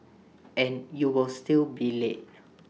and you will still be late